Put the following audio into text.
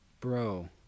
Bro